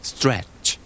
Stretch